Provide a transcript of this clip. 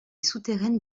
souterraine